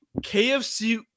KFC